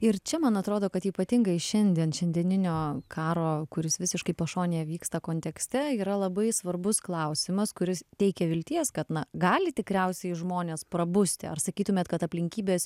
ir čia man atrodo kad ypatingai šiandien šiandieninio karo kuris visiškai pašonėje vyksta kontekste yra labai svarbus klausimas kuris teikia vilties kad na gali tikriausiai žmonės prabusti ar sakytumėt kad aplinkybės